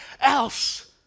else